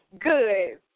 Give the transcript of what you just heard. Good